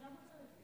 אז למה צריך את זה?